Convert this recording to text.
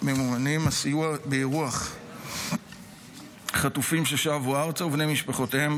סיוע באירוח חטופים ששבו ארצה ובני משפחותיהם,